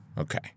Okay